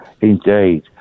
Indeed